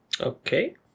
Okay